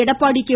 Edappadi K